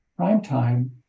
primetime